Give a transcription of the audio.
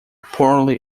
poorly